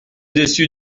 dessus